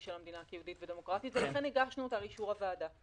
של מדינה יהודית ודמוקרטית ולכן הגשנו אותה לאישור הוועדה.